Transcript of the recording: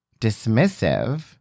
dismissive